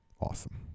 awesome